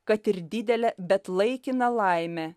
kad ir didelę bet laikiną laimę